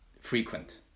frequent